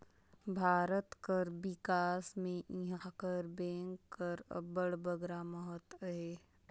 भारत कर बिकास में इहां कर बेंक कर अब्बड़ बगरा महत अहे